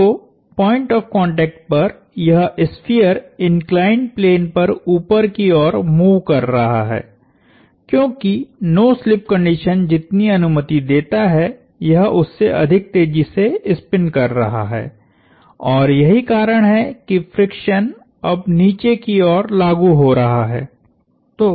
तो point of contact पर यह स्फीयर इंक्लाइंड प्लेन पर ऊपर की ओर मूव कर रहा है क्योंकि नो स्लिप कंडीशन जितनी अनुमति देता है यह उससे अधिक तेज़ी से स्पिन कर रहा है और यही कारण है कि फ्रिक्शन अब नीचे की ओर लागु हो रहा है